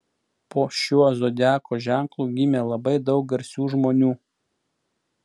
po šiuo zodiako ženklu gimė labai daug garsių žmonių